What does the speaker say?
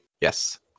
Yes